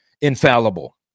infallible